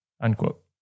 unquote